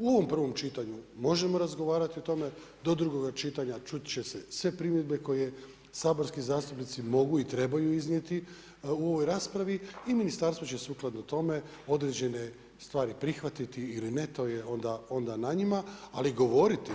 U ovom prvom čitanju možemo razgovarati o tome, do drugoga čitanja čut će se sve primjedbe koje saborski zastupnici mogu i trebaju iznijeti u ovoj raspravi i ministarstvo će sukladno tome određene stvari prihvatiti ili ne, to je onda na njima, ali govoriti